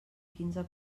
quinze